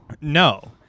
No